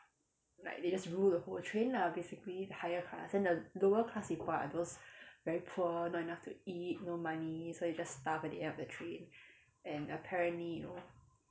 like they just rule the whole train lah basically the higher class then the lower class people are those very poor not enough to eat no money so you just starve at the end of the train and apparently you know